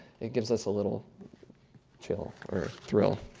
it gives us a little chill or thrill,